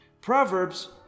Proverbs